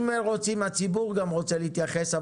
גם הציבור רוצה להתייחס.